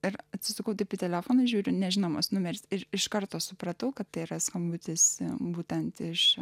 ir atsisukau į telefoną žiūriu nežinomas numeris ir iš karto supratau kad tai yra skambutis būtent iš